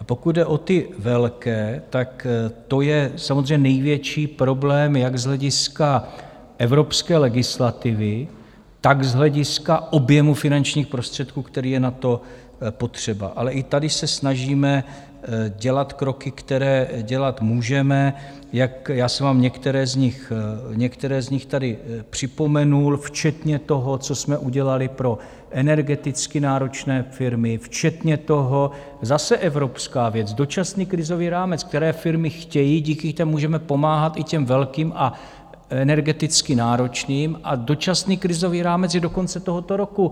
A pokud jde o ty velké, tak to je samozřejmě největší problém jak z hlediska evropské legislativy, tak z hlediska objemu finančních prostředků, který je na to potřeba, ale i tady se snažíme dělat kroky, které dělat můžeme, jak jsem vám některé z nich tady připomenul, včetně toho, co jsme udělali pro energeticky náročné firmy, včetně toho zase evropská věc Dočasný krizový rámec, které firmy chtějí, díky těm můžeme pomáhat i těm velkým a energeticky náročným, a Dočasný krizový rámec je do konce tohoto roku.